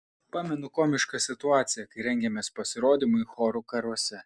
pamenu komišką situaciją kai rengėmės pasirodymui chorų karuose